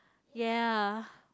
ya